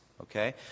Okay